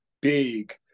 big